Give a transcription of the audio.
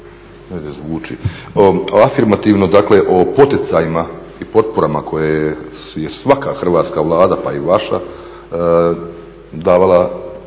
afirmativno o poticajima i potporama koje je svaka Hrvatska vlada pa i vaša davala